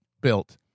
built